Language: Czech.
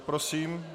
Prosím.